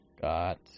got